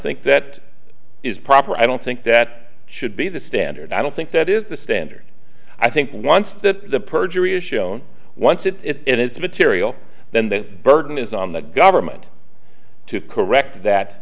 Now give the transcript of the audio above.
think that is proper i don't think that should be the standard i don't think that is the standard i think once that the perjury is shown once it it it's material then the burden is on the government to correct that